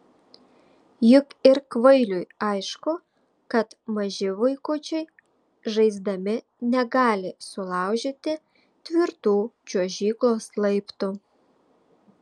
juk ir kvailiui aišku kad maži vaikučiai žaisdami negali sulaužyti tvirtų čiuožyklos laiptų